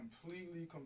completely